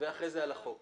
שתתקיים בשעה